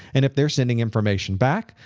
and if they're sending information back,